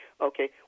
Okay